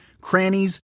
crannies